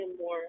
more